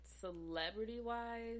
celebrity-wise